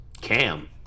Cam